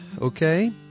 okay